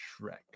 Shrek